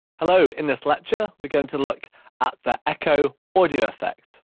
hello, in this lecture we're going to look at the echo audio effect.